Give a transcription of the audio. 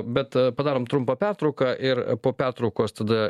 bet padarom trumpą pertrauką ir po pertraukos tada